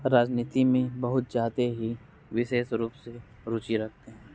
राजनीति में बहुत ज़्यादा ही विशेष रूप से रुचि रखते है